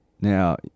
Now